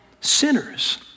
sinners